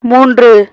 மூன்று